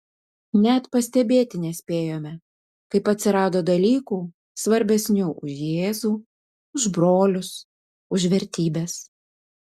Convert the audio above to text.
net pastebėti nespėjome kaip atsirado dalykų svarbesnių už jėzų už brolius už vertybes